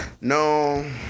No